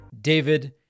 David